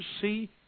see